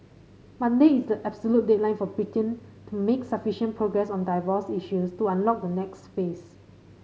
Monday is the absolute deadline for Britain to make sufficient progress on divorce issues to unlock the next phase